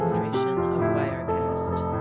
wirecast